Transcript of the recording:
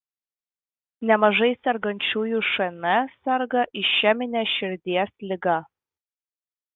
nemažai sergančiųjų šn serga išemine širdies liga